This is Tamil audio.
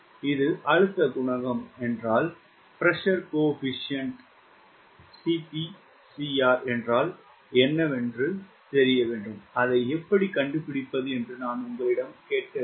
இது அழுத்தம் குணகம் என்றால் 𝐶PCR என்றால் என்னவென்று எப்படிக் கண்டுபிடிப்பது என்று நான் உங்களிடம் கேட்க வேண்டும்